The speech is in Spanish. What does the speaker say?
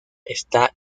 está